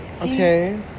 okay